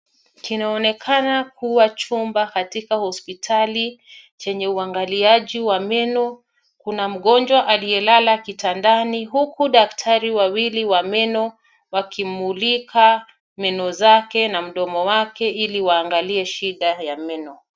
Kinaonekana kuwa chumba katika hospitali, chenye uangaliaji wa meno, kuna mgonjwa aliyelala kitandani huku daktari wawili wa meno wakimulika meno zake na mdomo wake ili waangalie shida ya meno.